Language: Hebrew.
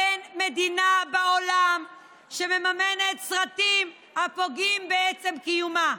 אין מדינה בעולם שמממנת סרטים הפוגעים בעצם קיומה.